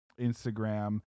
Instagram